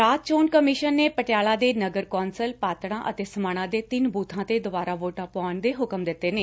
ਰਾਜ ਚੋਣ ਕਮਿਸ਼ਨ ਨੇ ਪਟਿਆਲਾ ਦੇ ਨਗਰ ਕੌਂਸਲ ਪਾਤੜਾਂ ਅਤੇ ਸਮਾਣਾ ਦੇ ਤਿੰਨ ਬੁਬਾਂ ਤੇ ਦੁਬਾਰਾ ਵੋਟਾਂ ਪੁਆਉਣ ਦੇ ਹੁਕਮ ਦਿੱਤੇ ਨੇ